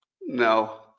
No